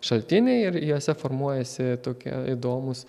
šaltiniai ir jose formuojasi tokie įdomūs